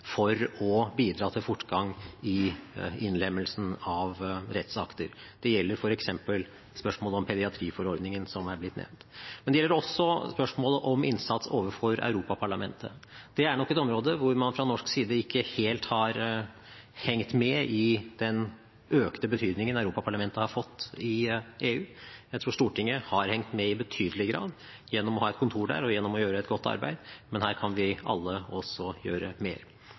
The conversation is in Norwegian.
for å bidra til fortgang i innlemmelsen av rettsakter. Det gjelder f.eks. spørsmålet om pediatriforordningen, som har blitt nevnt. Men det gjelder også spørsmålet om innsats overfor Europaparlamentet. Det er nok et område hvor man fra norsk side ikke helt har hengt med i den økte betydningen Europaparlamentet har fått i EU. Jeg tror Stortinget har hengt med i betydelig grad gjennom å ha et kontor der, og gjennom å gjøre et godt arbeid, men her kan vi alle også gjøre mer.